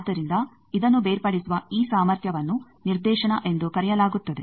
ಆದ್ದರಿಂದ ಇದನ್ನು ಬೇರ್ಪಡಿಸುವ ಈ ಸಾಮರ್ಥ್ಯವನ್ನು ನಿರ್ದೇಶನ ಎಂದು ಕರೆಯಲಾಗುತ್ತದೆ